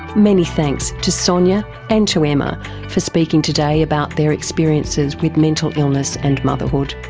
many thanks to sonya and to emma for speaking today about their experiences with mental illness and motherhood.